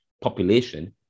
population